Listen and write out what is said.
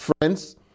Friends